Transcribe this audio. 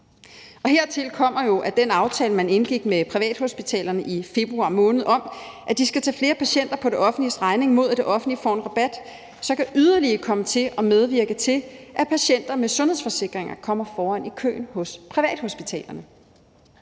Hertil kommer jo, at den aftale, man indgik med privathospitalerne i februar måned, om, at de skal tage flere patienter på det offentliges regning, mod at det offentlige får en rabat, yderligere kan komme til at medvirke til, at patienter med sundhedsforsikringer kommer foran i køen hos privathospitalerne.